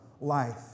life